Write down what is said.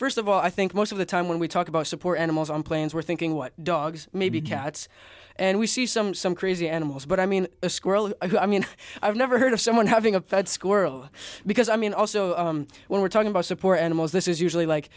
st of all i think most of the time when we talk about support animals on planes we're thinking what dogs maybe cats and we see some some crazy animals but i mean a squirrel i mean i've never heard of someone having a fed squirrel because i mean also when we're talking about support animals this is usually like